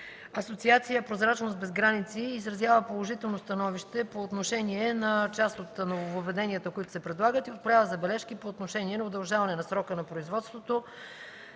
Асоциацията „Прозрачност без граници” изразява положително становище по отношение на част от нововъведенията, които се предлагат, и отправя забележки по отношение на удължаване на срока на производството